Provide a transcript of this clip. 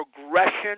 progression